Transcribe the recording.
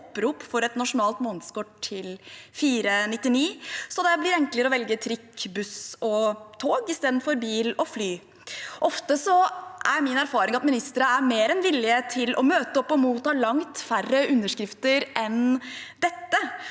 opprop for et nasjonalt månedskort til 499 kr, sånn at det blir enklere å velge trikk, buss og tog istedenfor bil og fly. Ofte er min erfaring at ministre er mer enn villige til å møte opp og motta langt færre underskrifter enn dette.